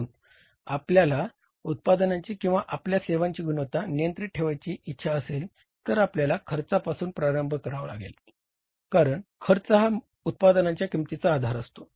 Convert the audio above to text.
म्हणून आपल्या उत्पादनांची किंवा आपल्या सेवांची गुणवत्ता नियंत्रित ठेवायची इच्छा असेल तर आपल्याला खर्चापासून प्रारंभ करावा लागेल कारण खर्च हा उत्पादनांच्या किंमतींचा आधार असतो